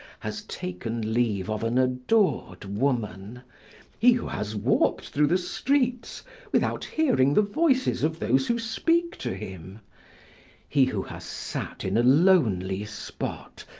has taken leave of an adored woman he who has walked through the streets without hearing the voices of those who speak to him he who has sat in a lonely spot,